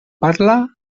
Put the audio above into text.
parla